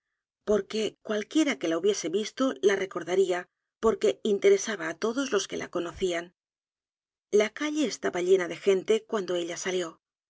porque cualquiera que la hubiese visto la r e cordaría porque interesaba á todos los que la conocían la calle estaba llena de gente cuando ella salió